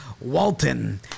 Walton